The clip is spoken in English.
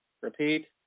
Repeat